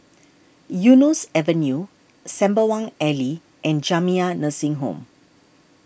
Eunos Avenue Sembawang Alley and Jamiyah Nursing Home